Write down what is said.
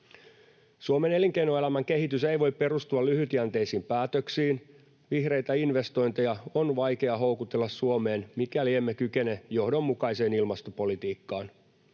Suomen elinkeinoelämän kehitys ei voi perustua lyhytjänteisiin päätöksiin. Vihreitä investointeja on vaikea houkutella Suomeen, mikäli emme kykene johdonmukaiseen ilmastopolitiikkaan.